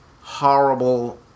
horrible